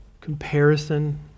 comparison